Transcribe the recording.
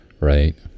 right